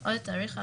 או תאריך ההחלמה.